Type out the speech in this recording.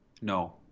No